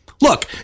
Look